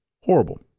horrible